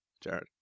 Jared